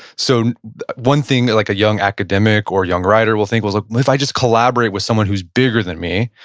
so one thing that like a young academic or young writer will think, well if i just collaborate with someone who's bigger than me,